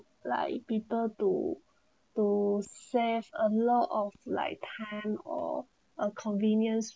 like people to to save a lot of like time or uh convenience